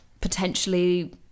potentially